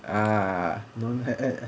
ah don't act act